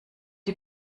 die